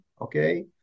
okay